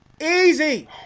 easy